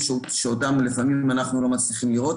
שאותם אנחנו לפעמים לא מצליחים לראות.